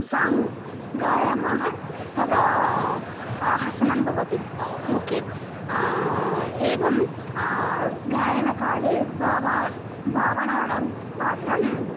song गायामः तदा हसनं भवति मुखे एवं गायनकाले भावा भावनानां पात्रम्